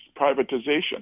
privatization